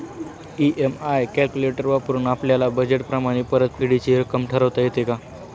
EMI calculator वापरून आपापल्या budget प्रमाणे परतफेडीची रक्कम ठरवता येते का?